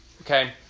Okay